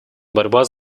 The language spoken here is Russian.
борьба